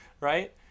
right